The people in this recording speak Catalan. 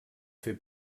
fer